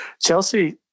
Chelsea